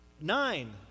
Nine